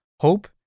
hope